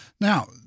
Now